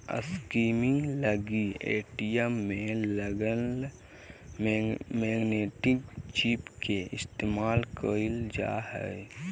skimming लगी ATM में लगल मैग्नेटिक चिप के इस्तेमाल कइल जा हइ